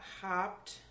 hopped